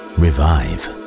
revive